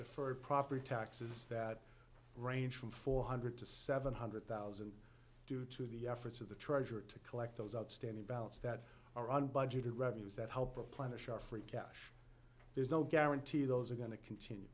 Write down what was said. deferred property taxes that range from four hundred to seven hundred thousand due to the efforts of the treasurer to collect those outstanding ballots that are on budgeted revenues that help replenish our free cash there's no guarantee those are going to continue